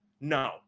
No